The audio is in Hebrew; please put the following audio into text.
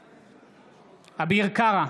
בעד אביר קארה,